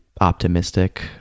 optimistic